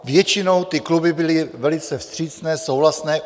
Většinou kluby byly velice vstřícné, souhlasné.